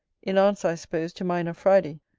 in answer, i suppose, to mine of friday,